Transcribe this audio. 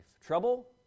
Trouble